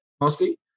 mostly